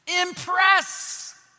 Impress